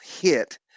hit